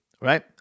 right